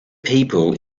people